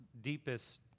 deepest